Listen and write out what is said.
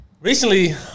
Recently